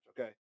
okay